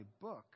book